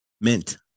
Mint